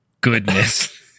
goodness